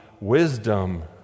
wisdom